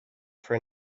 for